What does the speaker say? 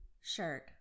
shirt